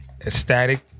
ecstatic